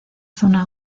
zona